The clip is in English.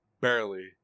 barely